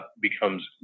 becomes